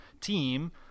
team